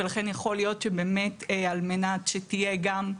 ולכן יכול להיות שבאמת על מנת שתהיה גם,